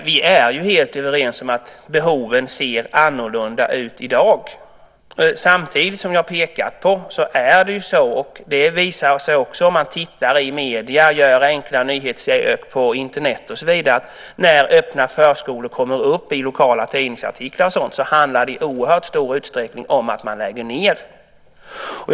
Herr talman! Vi är helt överens om att behoven ser annorlunda ut i dag. Men när man tittar i medierna, gör enkla nyhetssökningar på Internet och så vidare, visar det sig att när öppna förskolor kommer upp i tidningsartiklar så handlar det i stor utsträckning om att man lägger ned dem.